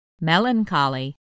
Melancholy